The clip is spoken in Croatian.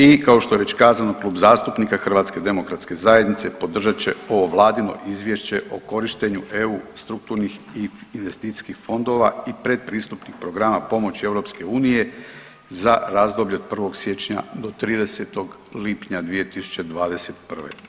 I kao što je već kazano Klub zastupnika HDZ-a podržat će ovo vladino Izvješće o korištenju EU strukturnih i investicijskih fondova i pretpristupnih programa pomoći EU za razdoblje od 1. siječnja do 30. lipnja 2021.